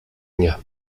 nie